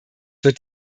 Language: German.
wird